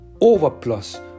overplus